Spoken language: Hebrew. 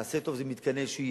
ו"עשה טוב" זה מתקני שהייה.